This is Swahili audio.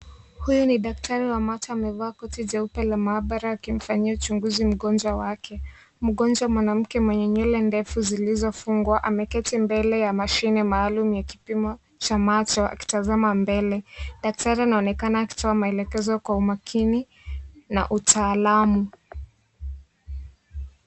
Huyu ni daktari wa macho amevaa koti jeupe la maabara akimfanyia uchunguzi mgonjwa wake , mgonjwa mwanamke mwenye nyele refu zilizofungwa ameketi mbele ya mashine maalum ya kipimo cha macho akitazama mbele . Daktari anaonekana akitoa maelezo kwa umakini na utaalamu.